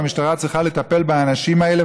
והמשטרה צריכה לטפל באנשים האלה,